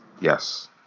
Yes